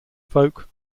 folk